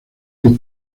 que